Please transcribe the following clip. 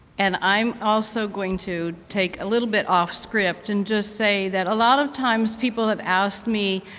and i'm also going to take a little bit off script and just say that a lot of times, people have asked me,